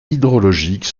hydrologique